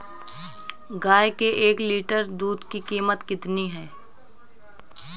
गाय के एक लीटर दूध की कीमत कितनी है?